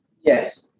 Yes